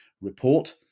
report